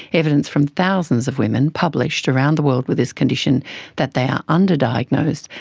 evidence from thousands of women published around the world with this condition that they are under-diagnosed,